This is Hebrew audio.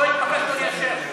לא התבקשנו לאשר.